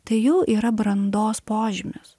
tai jau yra brandos požymis